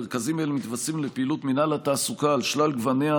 מרכזים אלו מתווספים לפעילות מינהל התעסוקה על שלל גווניה,